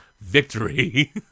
victory